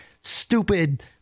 stupid